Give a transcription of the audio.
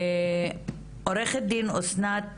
עורכת דין אסנת